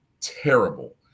terrible